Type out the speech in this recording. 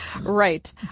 Right